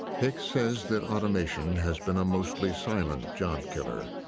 hicks says that automation has been a mostly silent job killer,